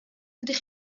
ydych